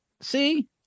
See